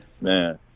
man